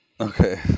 Okay